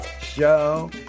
Show